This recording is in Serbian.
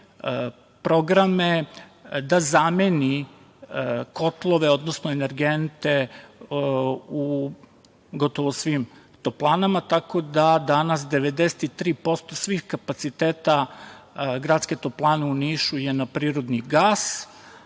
programe da zameni kotlove, odnosno energente u gotovo svim toplanama. Tako da danas 93% svih kapaciteta gradske toplane u Nišu je na prirodni gas,